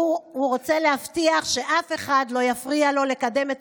הוא רוצה להבטיח שאף אחד לא יפריע לו לקדם את